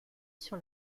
sur